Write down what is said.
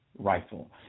Rifle